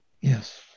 Yes